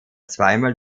zweimal